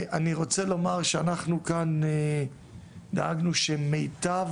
אני רוצה לומר שאנחנו כאן דאגנו שמיטב